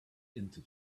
into